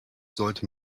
sollte